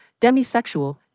demisexual